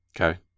Okay